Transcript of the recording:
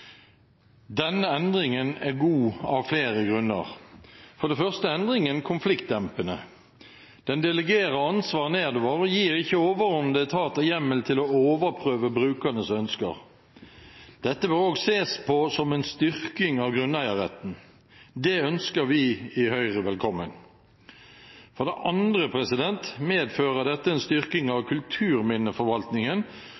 Denne endringen er god av flere grunner. For det første er endringen konfliktdempende. Den delegerer ansvar nedover og gir ikke overordnede etater hjemmel til å overprøve brukernes ønsker. Dette bør også sees på som en styrking av grunneierretten. Det ønsker vi i Høyre velkommen. For det andre medfører dette en styrking av kulturminneforvaltningen,